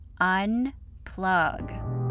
unplug